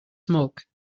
smoke